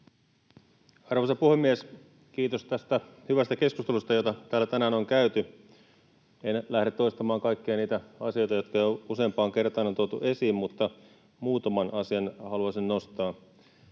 Arvoisa puhemies! Kiitos tästä hyvästä keskustelusta, jota täällä tänään on käyty. En lähde toistamaan kaikkia niitä asioita, jotka jo useampaan kertaan on tuotu esiin, mutta muutaman asian haluaisin nostaa.